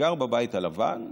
גר בבית הלבן,